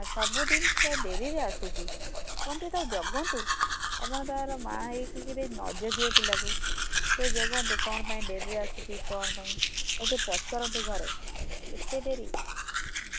ସବୁ ଦିନ ସେ ଡେରିରେ ଆସୁଛି ଆପଣ ଟିକେ ତାକୁ ଜଗନ୍ତୁ ଆପଣ ତାର ମାଁ ହେଇକରି ନଜଗିବେ ପିଲାକୁ ଟିକେ ଜଗନ୍ତୁ କ'ଣ ପାଇଁ ଡେରିରେ ଆସୁଛି କ'ଣ ପାଇଁ ତାକୁ ଟିକେ ପଚାରନ୍ତୁ ଘରେ ଏତେ ଡେରି